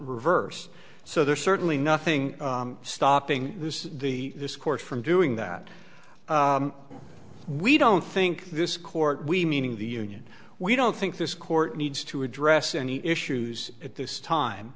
reverse so there's certainly nothing stopping the this court from doing that we don't think this court we meaning the union we don't think this court needs to address any issues at this time